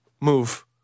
move